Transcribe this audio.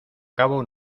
cabo